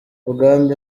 uganda